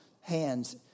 hands